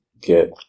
get